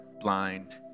blind